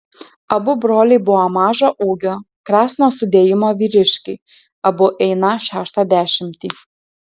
abu broliai buvo mažo ūgio kresno sudėjimo vyriškiai abu einą šeštą dešimtį